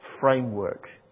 framework